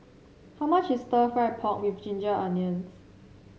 how much is stir fry pork with Ginger Onions